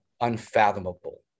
unfathomable